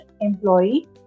employee